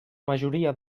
majoria